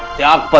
dad